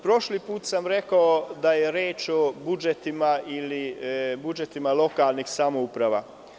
Prošli put sam rekao da je reč o budžetima lokalnih samouprava.